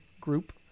group